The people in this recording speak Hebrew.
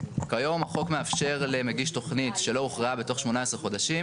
כיום החוק מאפשר למגיש תוכנית שלא הוכרעה בתוך 18 חודשים